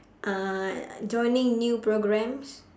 uh joining new programs